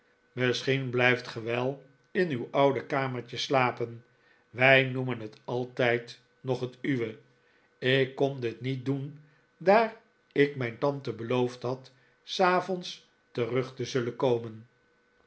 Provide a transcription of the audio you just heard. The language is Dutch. misschien blijft ge wel in uw oude kamertje slapen wij noemen het altijd nog het uwe ik kon dit niet doen daar ik mijn tante beloofd had s avonds terug te zullen komen